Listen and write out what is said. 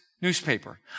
newspaper